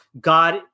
God